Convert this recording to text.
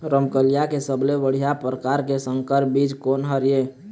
रमकलिया के सबले बढ़िया परकार के संकर बीज कोन हर ये?